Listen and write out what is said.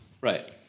Right